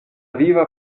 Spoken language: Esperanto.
viva